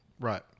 Right